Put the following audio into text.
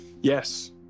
Yes